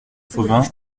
fauvins